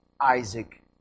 Isaac